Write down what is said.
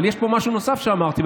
אבל יש פה משהו נוסף שאמרתי,